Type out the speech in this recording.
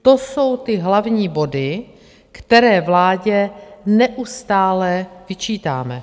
To jsou ty hlavní body, které vládě neustále vyčítáme.